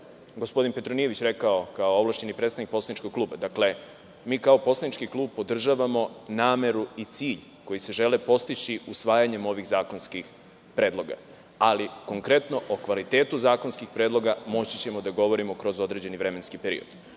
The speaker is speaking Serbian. gospodin Petronijević rekao, kao ovlašćeni predstavnik poslaničkog kluba, mi kao poslanički klub podržavamo nameru i cilj koji se želi postići usvajanjem ovih zakonskih predloga, ali konkretno o kvalitetu zakonskih predloga moći ćemo da govorimo kroz određeni vremenski period. Ono